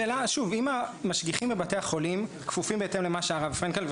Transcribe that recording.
השאלה אם המשגיחים בבתי החולים כפופים בהתאם למה שהרב פרנקל,